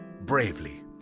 Bravely